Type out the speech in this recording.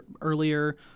earlier